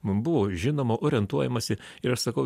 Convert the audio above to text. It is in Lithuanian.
mum buvo žinoma orientuojamasi ir aš sakau